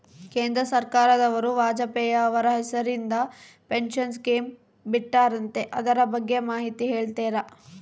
ಕೇಂದ್ರ ಸರ್ಕಾರದವರು ವಾಜಪೇಯಿ ಅವರ ಹೆಸರಿಂದ ಪೆನ್ಶನ್ ಸ್ಕೇಮ್ ಬಿಟ್ಟಾರಂತೆ ಅದರ ಬಗ್ಗೆ ಮಾಹಿತಿ ಹೇಳ್ತೇರಾ?